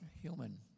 human